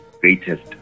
greatest